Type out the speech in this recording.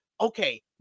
Okay